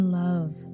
love